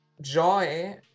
joy